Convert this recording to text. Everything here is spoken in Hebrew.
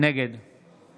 נגד